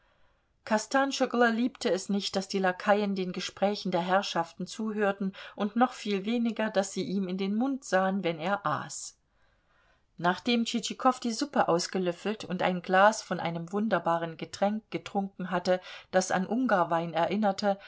kostanschoglo liebte es nicht daß die lakaien den gesprächen der herrschaften zuhörten und noch viel weniger daß sie ihm in den mund sahen wenn er aß nachdem tschitschikow die suppe ausgelöffelt und ein glas von einem wunderbaren getränk getrunken hatte das an ungarwein erinnerte